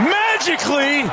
magically